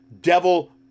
devil